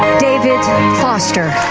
david foster.